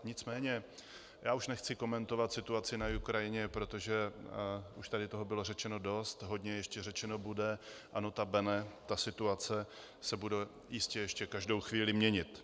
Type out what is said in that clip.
Nicméně já už nechci komentovat situaci na Ukrajině, protože už tady toho bylo řečeno dost, hodně ještě řečeno bude a nota bene, ta situace se bude jistě ještě každou chvíli měnit.